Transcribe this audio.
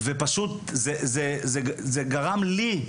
זה גרם לי,